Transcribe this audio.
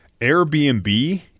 Airbnb